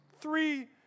Three